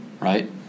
right